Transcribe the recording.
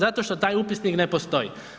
Zato što taj upisnik ne postoji.